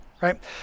Right